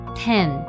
ten